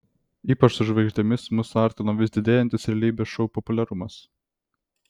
ypač su žvaigždėmis mus suartino vis didėjantis realybės šou populiarumas